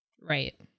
right